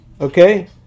okay